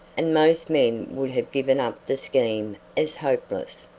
and most men would have given up the scheme as hopeless.